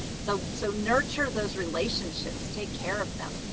so so nurture those relationships, take care of them,